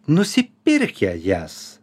nusipirkę jas